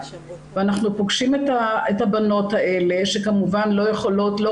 אנחנו פוגשים את הבנות האלה שכמובן לא יכולות או לא